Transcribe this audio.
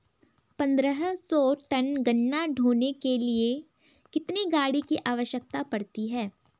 पन्द्रह सौ टन गन्ना ढोने के लिए कितनी गाड़ी की आवश्यकता पड़ती है?